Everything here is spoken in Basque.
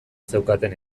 zeukaten